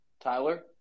Tyler